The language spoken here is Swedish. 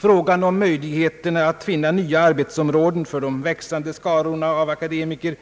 Frågan om möjligheterna att finna nya arbetsområden för de växande skarorna av akademiker